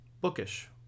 Bookish